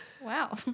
Wow